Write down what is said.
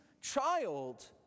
child